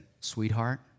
Sweetheart